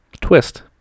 twist